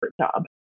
job